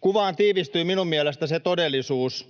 Kuvaan tiivistyi mielestäni se todellisuus,